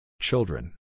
Children